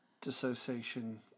dissociation